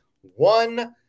One